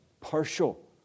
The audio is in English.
partial